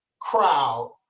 crowd